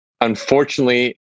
Unfortunately